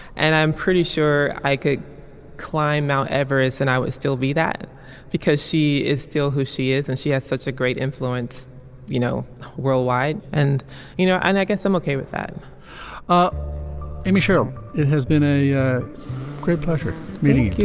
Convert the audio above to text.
and i'm pretty sure i could climb mt. everest and i would still be that because she is still who she is and she has such a great influence you know worldwide and you know and i guess i'm ok with that um i mean sure it has been a a great pleasure meeting you.